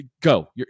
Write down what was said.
go